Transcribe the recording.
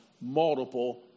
multiple